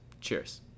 cheers